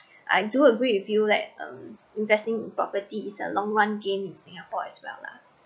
I do agree with you like um investing property is a long run gains in singapore as well lah